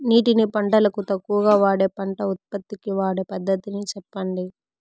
నీటిని పంటలకు తక్కువగా వాడే పంట ఉత్పత్తికి వాడే పద్ధతిని సెప్పండి?